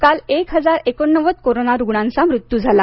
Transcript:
काल एक हजार एकोणनव्वद कोरोना रुग्णांचा मृत्यू झाला